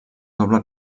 doble